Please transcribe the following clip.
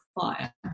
fire